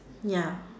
ya